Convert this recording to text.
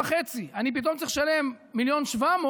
ופתאום אני צריך לשלם 1.7 מיליון.